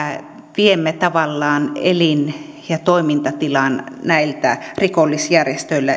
viemme tavallaan elin ja toimintatilan näiltä rikollisjärjestöiltä